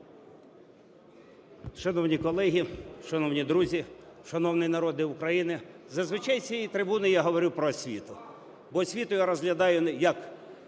Шановні колеги, шановні друзі, шановний народе України! Зазвичай з цієї трибуни я говорю про освіту, бо освіту я розглядаю як